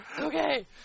Okay